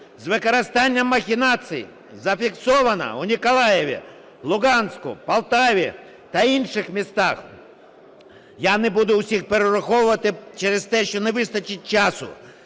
з використанням махінацій зафіксовано у Миколаєві, Луганську, Полтаві та інших містах. Я не буду усіх перераховувати через те, що не вистачить часу.